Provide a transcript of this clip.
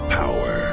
power